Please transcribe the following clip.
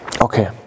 Okay